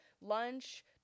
lunch